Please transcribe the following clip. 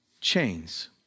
chains